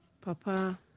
papa